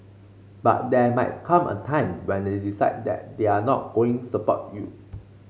but there might come a time when they decide that they're not going support you